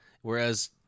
whereas